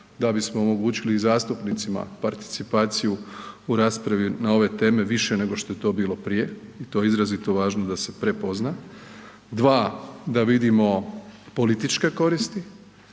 da bismo omogućili zastupnicima participaciju u raspravi na ove teme više nego što je to bilo prije i to je izrazito važno da se prepozna. Dva, da vidimo političke koristi,